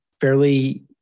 fairly